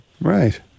Right